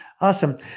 Awesome